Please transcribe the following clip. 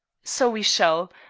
so we shall.